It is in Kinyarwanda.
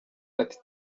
ati